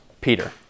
Peter